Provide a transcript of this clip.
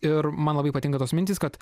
ir man labai patinka tos mintys kad